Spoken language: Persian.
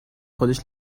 خودش